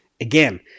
Again